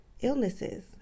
illnesses